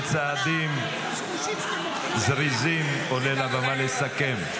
בצעדים זריזים עולה לבמה לסכם.